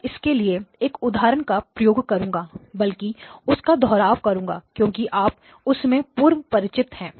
मैं इसके लिए एक उदाहरण का उपयोग करूँगा बल्कि उसका दोहराव करूँगा क्योंकि आप उससे पूर्व परिचित है